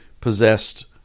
possessed